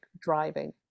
driving